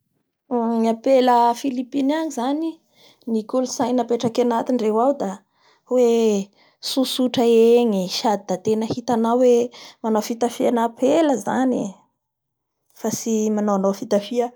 Nga singapour ao koa zay da fifangaroa kolontsaina ny ao ao zay ny kolontsain'olo indienne retoa i karana retoa ao koa ny kolontsain'olo sonoa